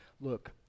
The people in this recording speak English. Look